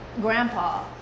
Grandpa